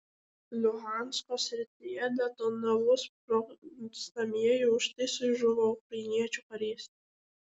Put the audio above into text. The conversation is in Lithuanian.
luhansko srityje detonavus sprogstamajam užtaisui žuvo ukrainiečių karys